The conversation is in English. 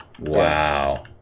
Wow